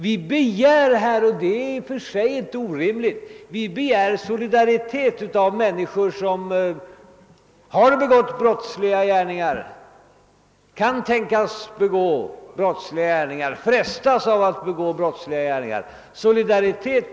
Vi begär här — i och för sig är detta inte orimligt — solidaritet mot samhället av de människor som har begått brottsliga gärningar, och som kan frestas att begå brottsliga gärningar.